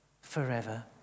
forever